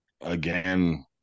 again